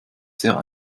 sehr